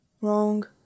Wrong